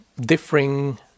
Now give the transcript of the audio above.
differing